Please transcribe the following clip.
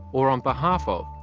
or on behalf of,